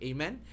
Amen